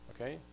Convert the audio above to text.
Okay